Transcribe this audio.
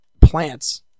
plants